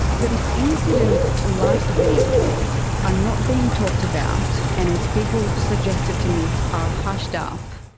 but if incidents like these are not being talked about and, as people suggested to me, are hushed up,